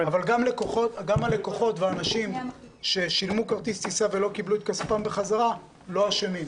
אבל גם הלקוחות ששילמו כרטיס טיסה ולא קיבלו את כספם בחזרה לא אשמים.